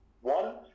One